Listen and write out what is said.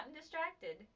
distracted